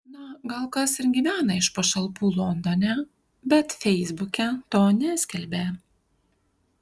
na gal kas ir gyvena iš pašalpų londone bet feisbuke to neskelbia